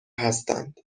هستند